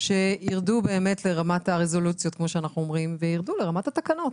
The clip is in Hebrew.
שירדו באמת לרמת הרזולוציות כמו שאנחנו אומרים וירדו לרמת התקנות.